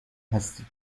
هستید